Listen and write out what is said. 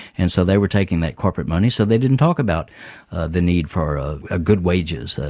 and so they were taking that corporate money, so they didn't talk about the need for ah ah good wages. ah